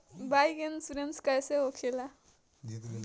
Bike insurance कैसे होखे ला?